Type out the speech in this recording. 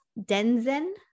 Denzen